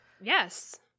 yes